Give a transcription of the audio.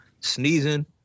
sneezing